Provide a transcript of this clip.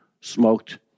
smoked